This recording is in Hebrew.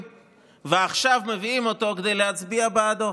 ועכשיו מביאים אותו כדי להצביע בעדו.